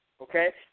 Okay